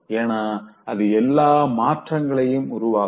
ஏனா அது எல்லா மாற்றங்களையும் உருவாக்கும்